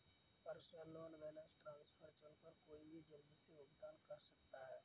personal loan balance transfer चुनकर कोई भी जल्दी से भुगतान कर सकता है